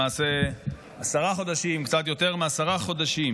למעשה עשרה חודשים, קצת יותר מעשרה חודשים,